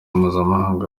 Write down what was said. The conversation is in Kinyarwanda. mpuzamahanga